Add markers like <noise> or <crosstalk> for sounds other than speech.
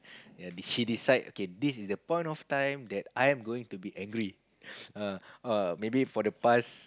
she decide okay this is the point of time that I am going to be angry <noise> uh uh maybe for the past